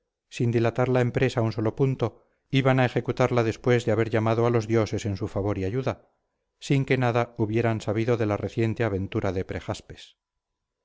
sin dilatar la empresa un solo punto iban a ejecutarla después de haber llamado a los dioses en su favor y ayuda sin que nada hubieran sabido de la reciente aventura de prejaspes